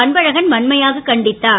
அன்பழகன் வன்மையாக கண்டித்தார்